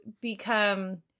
become